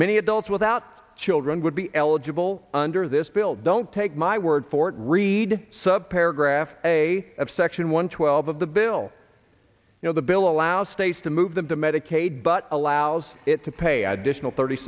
many adults without children would be eligible under this bill don't take my word for it read sub paragraph a of section one twelve of the bill you know the bill allows states to move them to medicaid but allows it to pay additional thirty